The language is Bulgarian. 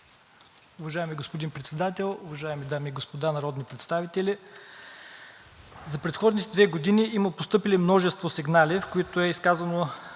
Уважаеми господин Председател, уважаеми дами и господа народни представители! За предходните две години има постъпили множество сигнали, в които е изказано